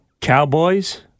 Cowboys